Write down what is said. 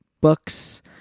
books